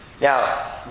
Now